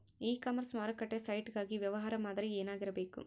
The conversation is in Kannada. ಇ ಕಾಮರ್ಸ್ ಮಾರುಕಟ್ಟೆ ಸೈಟ್ ಗಾಗಿ ವ್ಯವಹಾರ ಮಾದರಿ ಏನಾಗಿರಬೇಕು?